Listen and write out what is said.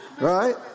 Right